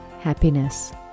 happiness